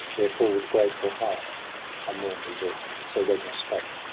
therefore with grateful heart i mourn thee dead so regner spake,